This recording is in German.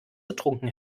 getrunken